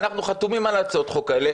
אנחנו חתומים על הצעות החוק האלה,